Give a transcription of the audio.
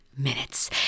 Minutes